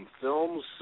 films